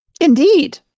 Indeed